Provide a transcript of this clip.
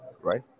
right